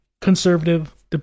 conservative